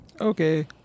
okay